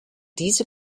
diese